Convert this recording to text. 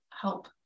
help